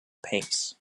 pace